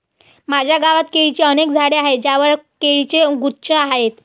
माझ्या गावात केळीची अनेक झाडे आहेत ज्यांवर केळीचे गुच्छ आहेत